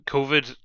Covid